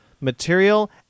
material